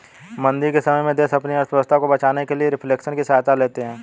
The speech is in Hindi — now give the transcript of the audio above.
मंदी के समय में देश अपनी अर्थव्यवस्था को बचाने के लिए रिफ्लेशन की सहायता लेते हैं